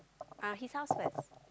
uh his house is at